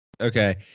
Okay